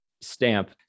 stamp